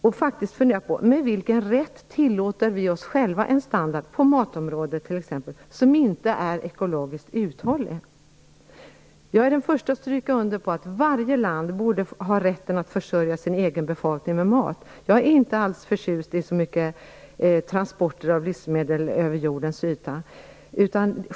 Samtidigt måste vi fundera över med vilken rätt vi tillåter oss själva en standard, t.ex. på matområdet, som inte är ekologiskt uthållig. Jag är också den första att stryka under på detta med att varje land borde ha rätt att försörja sin egen befolkning med mat. Jag är inte särskilt förtjust i livsmedelstransporter över jordens yta.